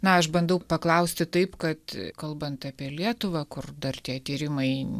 na aš bandau paklausti taip kad kalbant apie lietuvą kur dar tie tyrimai